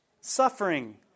Suffering